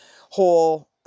whole